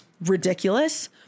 ridiculous